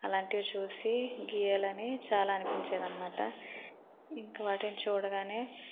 అలాంటివి చూసి గీయాలనే చాలా అనిపించేదన్నమాట ఇంక వాటిని చూడగానే